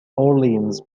orleans